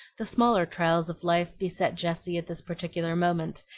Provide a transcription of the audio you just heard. the smaller trials of life beset jessie at this particular moment,